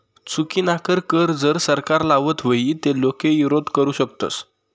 चुकीनाकर कर जर सरकार लावत व्हई ते लोके ईरोध करु शकतस